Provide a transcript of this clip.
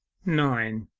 nine.